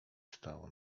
stało